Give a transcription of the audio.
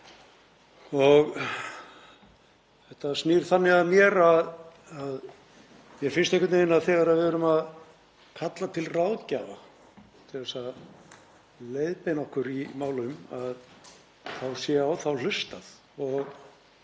Þetta snýr þannig að mér að mér finnst einhvern veginn að þegar við erum að kalla til ráðgjafa til að leiðbeina okkur í málum að þá sé á þá hlustað.